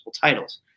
titles